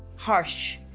harsh,